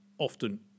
Often